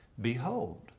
behold